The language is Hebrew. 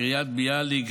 קריית ביאליק,